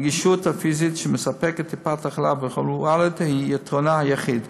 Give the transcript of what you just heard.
הנגישות הפיזית שמספקת טיפת חלב בח'וואלד היא יתרונה היחיד,